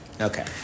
okay